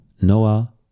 Noah